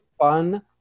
fun